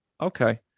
Okay